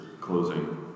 closing